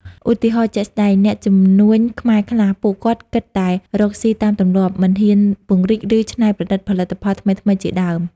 ឧទាហរណ៍ជាក់ស្តែង អ្នកជំនួញខ្មែរខ្លះ ពួកគាត់គិតតែរកស៊ីតាមទម្លាប់ មិនហ៊ានពង្រីក ឬច្នៃប្រឌិតផលិតផលថ្មីៗជាដើម។